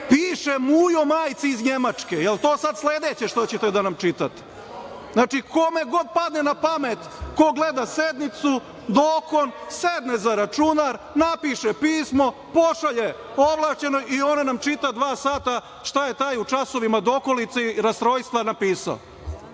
Piše Mujo majci iz Nemačke, jel to sada sledeće što ćete da nam čitate. Znači, kome god padne na pamet, ko gleda sednicu, dokon, sedne za računar, napiše pismo, pošalje ovlašćenom i ona nam čita dva sata šta je taj u časovima dokolice i rastrojstva napisao. Izbacio